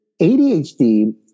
ADHD